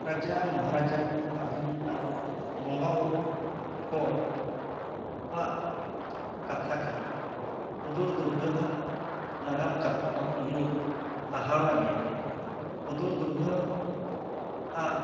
ᱨᱟᱡᱟ ᱢᱚᱦᱟᱨᱟᱡᱟ ᱠᱚ ᱛᱟᱦᱮᱱ ᱟᱨ ᱵᱟᱝ ᱵᱚᱸᱜᱟᱼᱵᱩᱨᱩ ᱠᱚ ᱟᱜ ᱠᱟᱛᱷᱟ ᱠᱟᱱᱟ ᱦᱩᱫᱩᱲ ᱫᱩᱨᱜᱟᱹ ᱟᱜ ᱱᱟᱜᱟᱢ ᱠᱟᱛᱷᱟ ᱫᱚ ᱟᱹᱰᱤ ᱦᱟᱦᱟᱲᱟ ᱜᱮᱭᱟ ᱦᱩᱫᱩᱲ ᱫᱩᱨᱜᱟᱹ ᱟᱜ